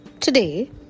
today